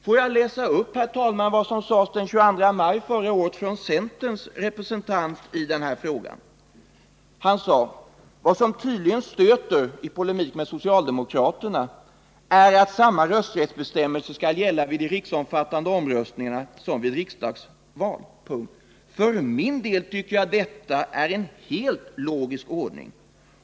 Låt mig läsa upp vad centerns representant sade den 22 maj förra året, i polemik med socialdemolraterna: ”Vad som tydligen stöter är att samma rösträttsbestämmelser skall gälla vid de riksomfattande omröstningarna som vid riksdagsval. För min del tycker jag att detta är en helt logisk ordning.